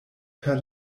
per